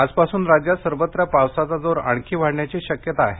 आजपासून राज्यात सर्वत्र पावसाचा जोर आणखी वाढण्याची शक्यता आहे